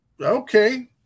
Okay